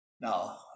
Now